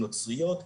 נוצריות,